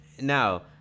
Now